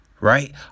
right